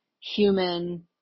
human